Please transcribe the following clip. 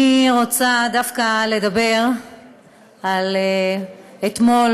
אני רוצה דווקא לדבר על אתמול.